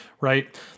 right